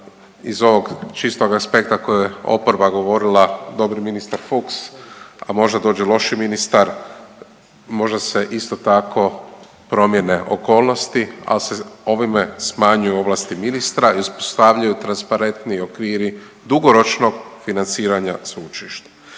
iz ovog čistog aspekta koji je oporba govorila, dobri ministar Fuchs, a možda dođe loši ministar, možda se isto tako promijene okolnosti, al se ovime smanjuju ovlasti ministra i uspostavljaju transparentniji okviri dugoročnog financiranja sveučilišta.